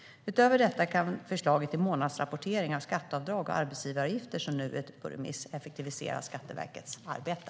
Utöver detta kan förslaget till månadsrapportering av skatteavdrag och arbetsgivaravgifter, som nu är ute på remiss, effektivisera Skatteverkets arbete.